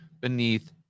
beneath